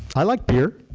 i like beer.